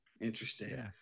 interesting